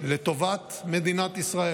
לטובת מדינת ישראל.